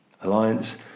alliance